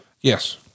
Yes